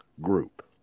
group